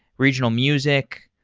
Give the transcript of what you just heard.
regional music,